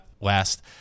last